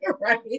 Right